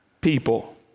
people